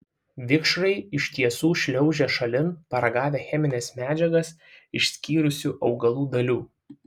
vikšrai iš tiesų šliaužia šalin paragavę chemines medžiagas išskyrusių augalų dalių